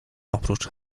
oprócz